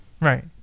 right